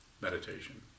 meditation